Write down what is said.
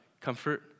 comfort